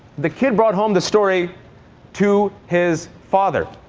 the kid brought home the story to his father.